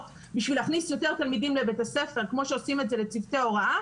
בשביל להכניס יותר תלמידים לבית ספר כמו שעושים את זה לצוותי הוראה,